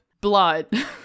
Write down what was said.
Blood